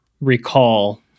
recall